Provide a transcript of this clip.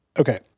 okay